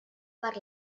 per